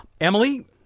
Emily